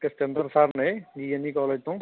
ਇੱਕ ਸਤਿੰਦਰ ਸਰ ਨੇ P N E college ਤੋਂ